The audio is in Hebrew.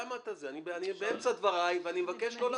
אני באמצע דבריי ואני מבקש לא להפריע.